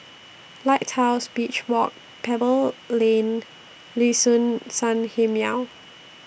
Lighthouse Beach Walk Pebble Lane Liuxun Sanhemiao